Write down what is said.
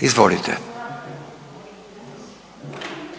izvolite.